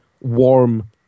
warm